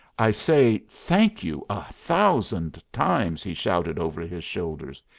i say, thank you a thousand times he shouted over his shoulder.